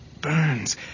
burns